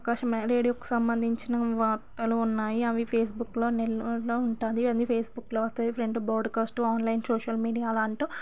ఆకాశమే రేడియోకి సంబంధించిన వార్తలు ఉన్నాయి అవి ఫేస్బుక్లో నెల్లూరులో ఉంటుంది అది Facebook cloth front podcast online social మీడియాలంటూ